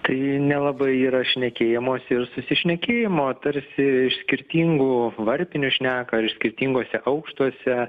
tai nelabai yra šnekėjimosi ir susišnekėjimo tarsi iš skirtingų varpinių šneka ar iš skirtinguose aukštuose